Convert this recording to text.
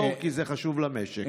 כי זה חשוב למשק.